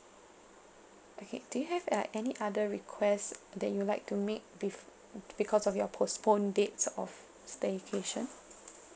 okay do you have like any other request that you'll like to make with because of your postponed dates of staycation